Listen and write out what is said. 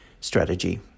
strategy